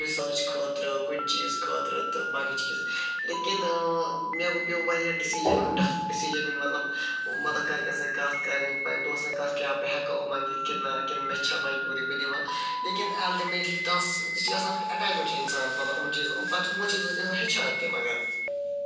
مطلب اۭں رِسٲرٕچ خٲطرٕ کُنہِ چیٖز خٲطرٕ تہٕ باقٕے چیٖز لیکِن مےٚ پیوٚو واریاہ ڈٮ۪سِجَن ٹَف ڈٮ۪سِجن نیُن مطلب مطلب گرِ کٮ۪ن سۭتۍ کَتھ کَرٕنۍ پَنٕنٮ۪ن دوٚستن کَتھ کیاہ بہٕ ہٮ۪کہٕ یِمَن دِتھ کِنہٕ مےٚ چھا مجبوٗری بہٕ دِما لٮ۪کِن اَلٹِمٮ۪ٹلی تَتھ سُہ چھُ آسان اکھ اٮ۪ٹٮ۪چمٮ۪نٹ اِنسانَس مطلب یِمَن چیٖزَن ہنز پَتہٕ چھُ یِمن چیٖزو سۭتۍ چھُ ہٮ۪چھان تہِ مَگر